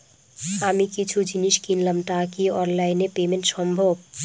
আমি কিছু জিনিস কিনলাম টা কি অনলাইন এ পেমেন্ট সম্বভ?